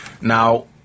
Now